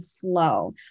flow